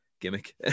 gimmick